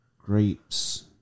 grapes